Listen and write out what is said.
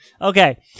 Okay